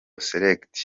select